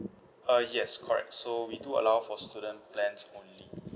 uh yes correct so we do allow for student plan only